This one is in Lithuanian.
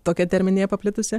tokia terminija paplitusi